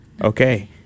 Okay